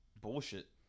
bullshit